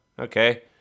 Okay